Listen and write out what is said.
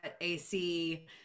AC